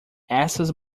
essas